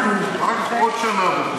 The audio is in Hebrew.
ואחר כך עוד שנה וחודש.